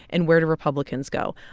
and where do republicans go?